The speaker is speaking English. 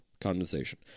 condensation